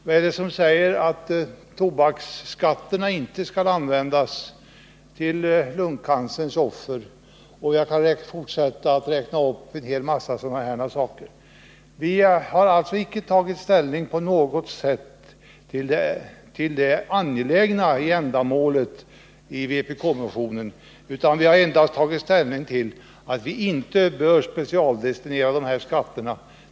Vad är det som säger att tobaksskatterna inte skall användas till lungcancerns offer? Jag kan fortsätta räkna upp en mängd sådana saker. Vi har alltså icke på något sätt tagit ställning till det angelägna i syftet med vpk-motionen, utan vi har endast intagit den ståndpunkten att vi inte bör specialdestinera de här skatterna.